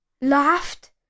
laughed